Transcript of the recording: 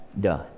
done